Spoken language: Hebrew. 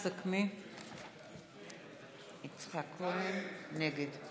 (קוראת בשם חבר הכנסת) יצחק כהן, נגד